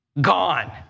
Gone